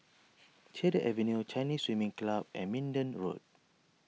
Cedar Avenue Chinese Swimming Club and Minden Road